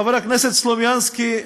חבר הכנסת סלומינסקי,